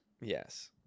Yes